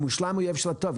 המושלם הוא האויב של הטוב.